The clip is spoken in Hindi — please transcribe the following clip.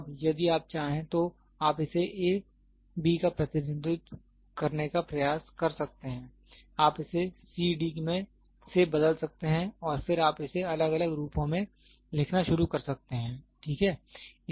अब यदि आप चाहें तो आप इसे a b का प्रतिनिधित्व करने का प्रयास कर सकते हैं आप इसे c d से बदल सकते हैं और फिर आप इसे अलग अलग रूपों में लिखना शुरू कर सकते हैं ठीक है